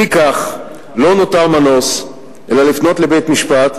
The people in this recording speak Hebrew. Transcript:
לפיכך לא נותר מנוס אלא לפנות לבית-משפט